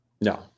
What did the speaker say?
No